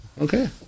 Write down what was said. Okay